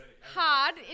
hard